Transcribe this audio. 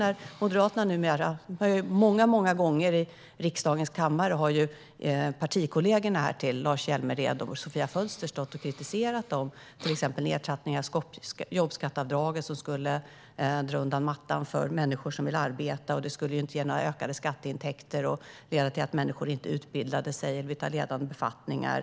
Partikollegor till Lars Hjälmered och Sofia Fölster har många gånger i riksdagens kammare stått och kritiserat till exempel nedtrappningar av jobbskatteavdraget, som skulle dra undan mattan för människor som vill arbeta, som inte skulle ge några skatteintäkter och som skulle leda till att människor inte utbildar sig eller vill ta ledande befattningar.